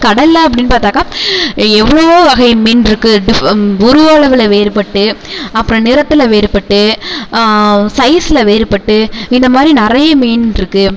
கடல்ல அப்படின்னு பார்த்தாக்கா எவ்வளவோ வகை மீன் இருக்குது டிஃப் உருவ அளவில் வேறுபட்டு அப்புறம் நிறத்தில் வேறுபட்டு சைஸ்ல வேறுபட்டு இந்த மாதிரி நிறைய மீன் இருக்குது